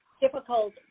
difficult